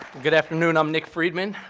good afternoon. i'm nick friedman.